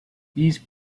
these